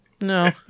No